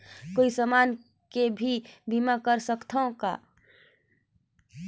कोई समान के भी बीमा कर सकथव का?